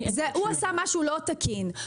הוא עשה משהו לא תקין,